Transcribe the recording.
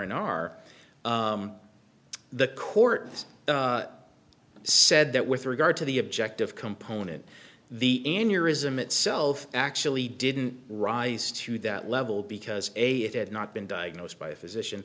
in our the court has said that with regard to the objective component the aneurism itself actually didn't rise to that level because a it had not been diagnosed by a physician